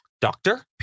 doctor